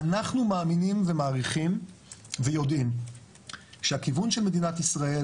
אנחנו מאמינים ומעריכים ויודעים שהכיוון של מדינת ישראל,